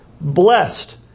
Blessed